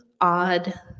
odd